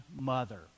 mother